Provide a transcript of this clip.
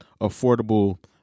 affordable